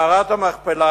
מערת המכפלה,